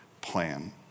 plan